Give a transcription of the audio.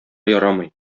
ярамый